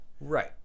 Right